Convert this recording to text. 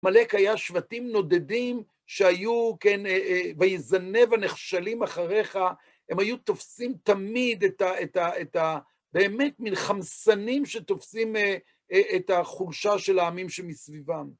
עמלק שבטים נודדים שהיו, כן, ויזנב הנכשלים אחריך, הם היו תופסים תמיד את ה... באמת, מן חמסנים שתופסים את החולשה של העמים שמסביבם.